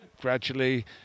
gradually